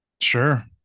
Sure